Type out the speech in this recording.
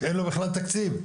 אין לו בכלל תקציב,